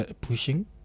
pushing